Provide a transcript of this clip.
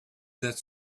that